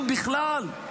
אם בכלל,